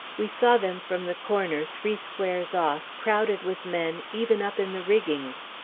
we saw them from the corner, three squares off, crowded with men even up in the riggings.